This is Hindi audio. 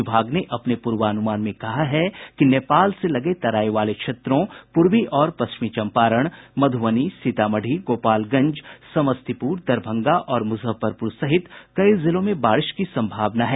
विभाग ने अपने पूर्वानुमान में कहा है कि नेपाल से लगे तराई वाले क्षेत्रों पूर्वी और पश्चिम चंपारण मधुबनी सीतामढ़ी गोपालगंज समस्तीपुर दरभंगा और मुजफ्फरपुर सहित कई जिलों में बारिश की संभावना है